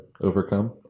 overcome